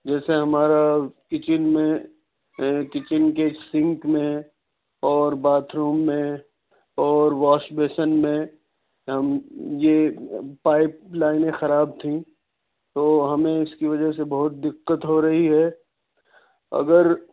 جیسے ہمارا کچن میں کچن کے سنک میں اور باتھ روم میں اور واش بیسن میں یہ پائپ لائنیں خراب تھیں تو ہمیں اس کی وجہ سے بہت دقت ہو رہی ہے اگر